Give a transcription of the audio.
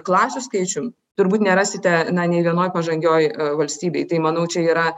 klasių skaičium turbūt nerasite na nei vienoj pažangioj valstybėj tai manau čia yra